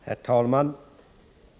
Herr talman!